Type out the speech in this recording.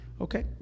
Okay